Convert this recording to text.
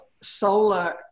solar